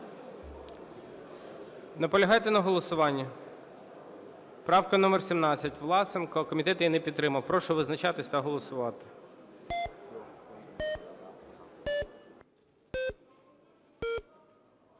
Наполягаєте на голосуванні? Правка номер 17, Власенко. Комітет її не підтримав. Прошу визначатись та голосувати.